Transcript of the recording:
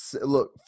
look